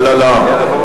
לא לא לא.